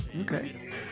Okay